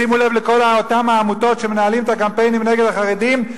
שימו לב לכל אותן העמותות שמנהלות את הקמפיינים נגד החרדים,